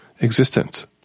existence